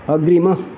अग्रिमः